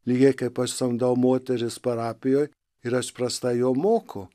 lygiai kaip aš samdau moteris parapijoj ir aš prastai jom moku